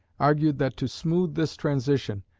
argued that to smooth this transition,